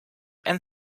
and